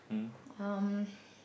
um